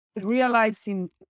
realizing